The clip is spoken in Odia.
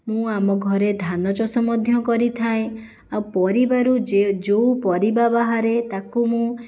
ମୁଁ ଆମ ଘରେ ଧାନ ଚାଷ ମଧ୍ୟ କରିଥାଏ ଆଉ ପରିବାରୁ ଯୋଉ ପରିବା ବାହାରେ ତାକୁ ମୁଁ